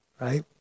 right